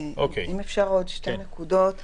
אם אפשר עוד שתי נקודות.